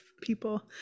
people